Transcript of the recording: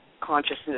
consciousness